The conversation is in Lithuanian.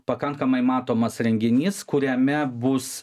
pakankamai matomas renginys kuriame bus